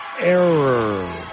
error